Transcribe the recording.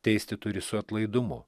teisti turi su atlaidumu